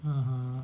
(uh huh)